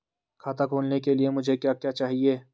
खाता खोलने के लिए मुझे क्या क्या चाहिए?